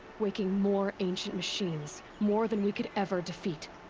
waking more ancient machines. more than we could ever defeat!